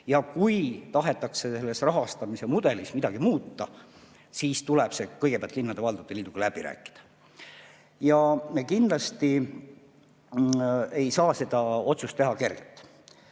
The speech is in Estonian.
Kui tahetakse selles rahastamismudelis midagi muuta, siis tuleb see kõigepealt linnade ja valdade liiduga läbi rääkida. Kindlasti ei saa seda otsust teha kergelt.